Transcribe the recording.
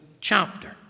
chapter